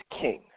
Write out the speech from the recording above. king